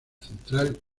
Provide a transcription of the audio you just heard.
central